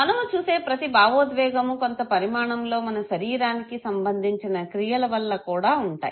మనము చూసే ప్రతి భావోద్వేగము కొంత పరిమాణంలో మన శరీరానికి సంబంధించిన క్రియలవల్ల కూడా వుంటాయి